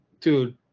dude